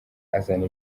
azana